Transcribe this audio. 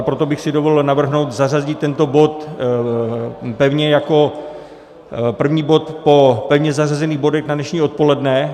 Proto bych si dovolil navrhnout zařazení tohoto bodu pevně jako první bod po pevně zařazených bodech na dnešní odpoledne.